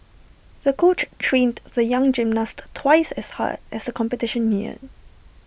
the coach trained the young gymnast twice as hard as the competition neared